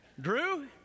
Drew